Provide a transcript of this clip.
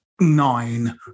nine